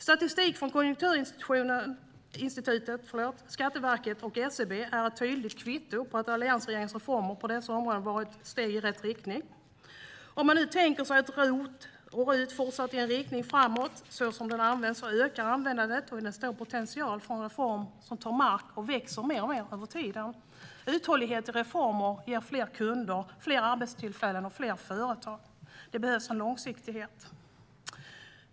Statistik från Konjunkturinstitutet, Skatteverket och SCB är ett tydligt kvitto på att alliansregeringens reformer på dessa områden har varit steg i rätt riktning. Om man nu tänker sig att ROT och RUT får fortsätta på det sätt de används kommer användandet att öka, och det är stor potential för en reform som vinner mark och växer mer och mer över tid. Uthållighet i reformen ger fler kunder, fler arbetstillfällen och fler företag. Det behövs en långsiktighet.